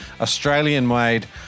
Australian-made